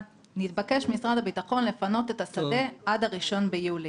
נתבקש משרד הביטחון לפנות את השדה עד ה-1 ביולי.